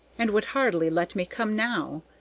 and would hardly let me come now.